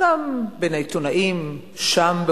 גם בין העיתונאים שם,